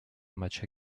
match